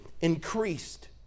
Increased